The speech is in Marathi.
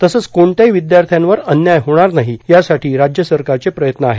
तसंच कोणत्याही विद्यार्थ्यांवर अन्याय होणार नाही यासाठी राज्य सरकारचे प्रयत्न आहेत